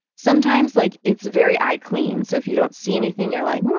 sometimes, like it's very eye-clean. so, if you don't see anything, you're like,